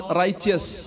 righteous